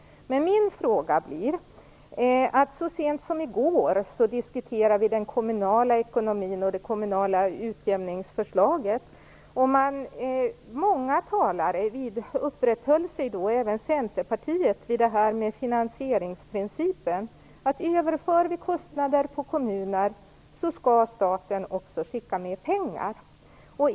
Min fråga blir: Så sent som i går diskuterade vi den kommunala ekonomin och det kommunala utjämningsförslaget. Många talare, även från Centerpartiet, uppehöll sig då vid finansieringsprincipen, att om vi överför kostnader på kommunen så skall staten också skicka med pengar.